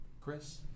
Chris